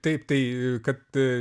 taip tai kad